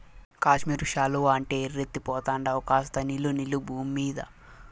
కాశ్మీరు శాలువా అంటే ఎర్రెత్తి పోతండావు కాస్త నిలు నిలు బూమ్మీద